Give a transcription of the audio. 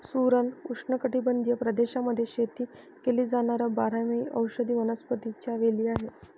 सुरण उष्णकटिबंधीय प्रदेशांमध्ये शेती केली जाणार बारमाही औषधी वनस्पतीच्या वेली आहे